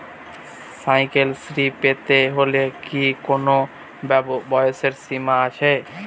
Cycle Shri পেতে হলে কি কোনো বয়সের সীমা আছে?